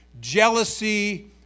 jealousy